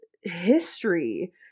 history